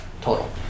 Total